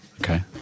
Okay